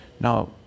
Now